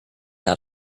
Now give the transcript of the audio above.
out